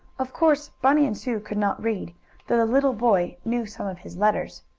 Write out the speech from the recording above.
of course bunny and sue could not read, though the little boy knew some of his letters.